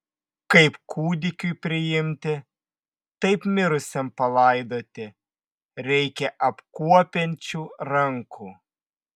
kaip kūdikiui priimti taip mirusiam palaidoti reikia apkuopiančių rankų